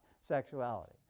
sexuality